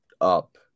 up